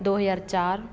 ਦੋ ਹਜ਼ਾਰ ਚਾਰ